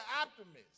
optimists